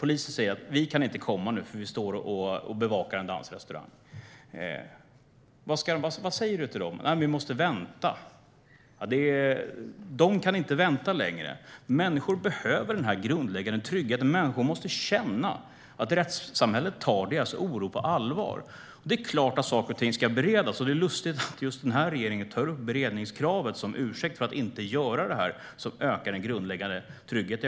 Polisen säger att de inte kan komma, för de står och bevakar en dansrestaurang. Vad säger Lawen Redar till dem? Vi måste vänta. Men de kan inte vänta längre. Människor behöver den här grundläggande tryggheten. Människor måste känna att rättssamhället tar deras oro på allvar. Det är klart att saker och ting ska beredas, men det är lustigt att just den här regeringen tar upp beredningskravet som ursäkt för att inte göra det här som ökar den grundläggande tryggheten.